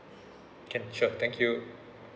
can sure thank you